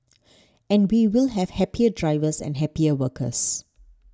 and we will have happier drivers and happier workers